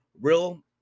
real